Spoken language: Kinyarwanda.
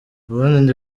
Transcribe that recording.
ubundi